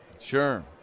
Sure